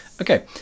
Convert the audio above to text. okay